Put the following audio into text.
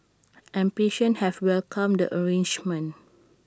and patients have welcomed the arrangement